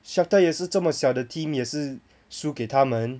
Shakhtar 也是这么小的 team 也是输给他们